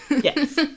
yes